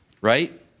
right